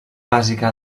bàsica